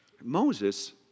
Moses